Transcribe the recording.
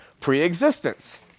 pre-existence